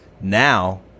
Now